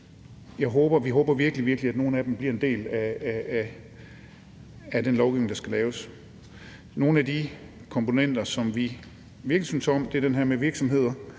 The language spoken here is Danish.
håber jeg virkelig, bliver en del af den lovgivning, der skal laves. En af de komponenter, som vi virkelig synes om, er det her med, at virksomheder,